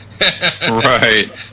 Right